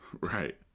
Right